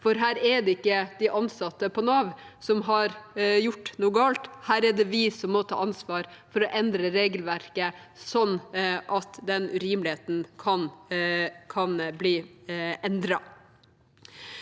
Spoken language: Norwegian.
dag. Det er ikke de ansatte i Nav som har gjort noe galt, men vi som må ta ansvar for å endre regelverket sånn at den urimeligheten kan bli endret.